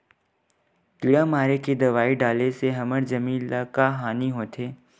किड़ा मारे के दवाई डाले से हमर जमीन ल का हानि होथे?